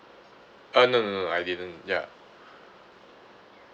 uh no no no I didn't ya